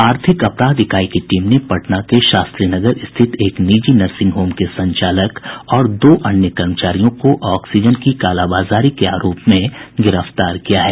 आर्थिक अपराध इकाई की टीम ने पटना के शास्त्री नगर स्थित एक निजी नर्सिंग होम के संचालक और दो अन्य कर्मचारियों को ऑक्सीजन की कालाबाजारी के आरोप में गिरफ्तार किया है